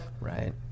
right